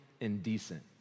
indecent